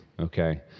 okay